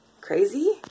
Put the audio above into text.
crazy